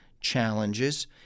challenges